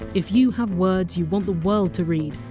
if you have words you want the world to read,